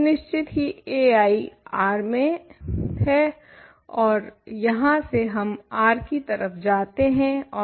तो निश्चित ही ai R में है और यहं से हम R की तरफ जाते हैं और